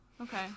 okay